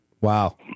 wow